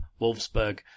Wolfsburg